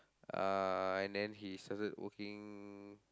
uh and then he started working